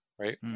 right